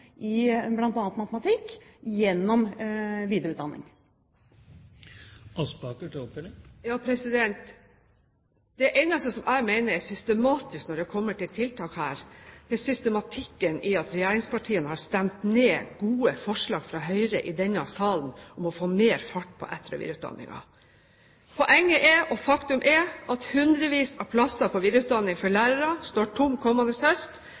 i bl.a. matematikk gjennom videreutdanning. Det eneste jeg mener er systematisk når det kommer til tiltak, er systematikken i at regjeringspartiene har stemt ned gode forslag fra Høyre i denne salen om å få mer fart på etter- og videreutdanningen. Poenget er og faktum er at hundrevis av plasser på videreutdanning for lærere står tomme kommende høst.